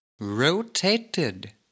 rotated